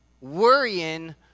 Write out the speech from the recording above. worrying